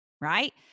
right